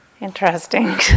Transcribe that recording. interesting